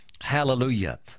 hallelujah